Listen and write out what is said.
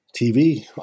TV